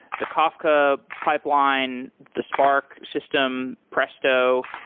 the kafka pipeline, the spark system, presto.